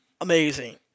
amazing